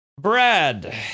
Brad